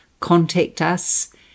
contactus